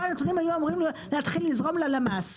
הנתונים היו אמורים להתחיל לזרום ללמ"ס.